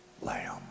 Lamb